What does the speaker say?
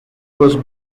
was